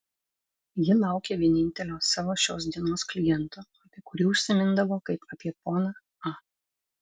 ji laukė vienintelio savo šios dienos kliento apie kurį užsimindavo kaip apie poną a